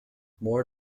moore